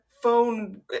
phone